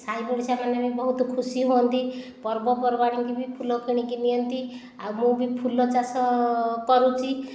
ସାହି ପଡ଼ିଶା ମାନେ ବି ବହୁତ ଖୁସି ହୁଅନ୍ତି ପର୍ବପର୍ବାଣି ରେ ବି ଫୁଲ କିଣି କରି ନିଅନ୍ତି ଆଉ ମୁଁ ବି ଫୁଲ ଚାଷ କରୁଛି